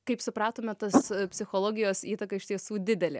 kaip supratome tas psichologijos įtaka iš tiesų didelė